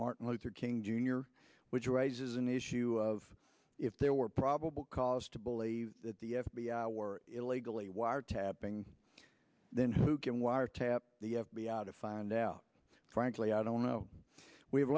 martin luther king jr which raises an issue of if there were probable cause to believe that the f b i were illegally wiretapping then who can wiretap the f b i to find out frankly i don't know we've